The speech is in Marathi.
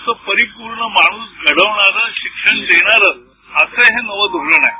असा परिपूर्ण माणूस घडविणारं शिक्षण देणारं असं हे नवं धोरण आहे